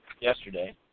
yesterday